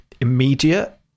immediate